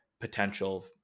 potential